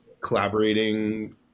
collaborating